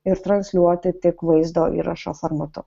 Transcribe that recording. ir transliuoti tik vaizdo įrašo formatu